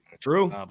true